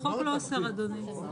החוק לא אוסר, אדוני.